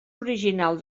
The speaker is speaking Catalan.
original